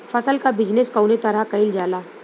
फसल क बिजनेस कउने तरह कईल जाला?